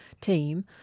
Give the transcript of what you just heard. team